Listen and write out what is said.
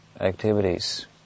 activities